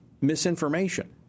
misinformation